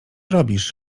robisz